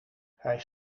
hij